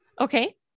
Okay